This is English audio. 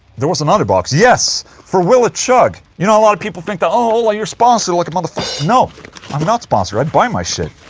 there was another box. yes for will it chug, you know, a lot of people think that oh ola, you're sponsored like a motherf no, i'm not sponsored, i buy my shit.